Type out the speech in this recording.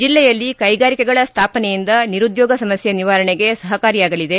ಜಿಲ್ಲೆಯಲ್ಲಿ ಕೈಗಾರಿಕೆಗಳ ಸ್ಥಾಪನೆಯಿಂದ ನಿರುದ್ಯೋಗ ಸಮಸ್ಕೆ ನಿವಾರಣೆಗೆ ಸಹಕಾರಿಯಾಗಲಿದೆ